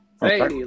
Hey